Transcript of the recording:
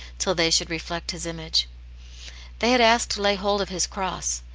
till they should reflect his image they had asked to lay hold of his cross,